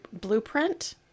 blueprint